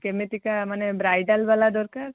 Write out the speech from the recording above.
କେମିତିକା ମାନେ ବ୍ରାଇଡ଼ାଲ୍ ୱାଲା ଦରକାର